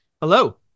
Hello